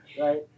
right